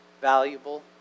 valuable